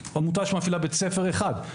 שמפעילה בית ספר אחד.